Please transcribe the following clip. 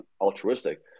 altruistic